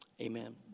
Amen